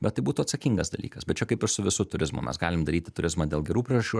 bet tai būtų atsakingas dalykas bet čia kaip ir su visu turizmu mes galim daryti turizmą dėl gerų priežasčių